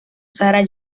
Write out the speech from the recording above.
sarah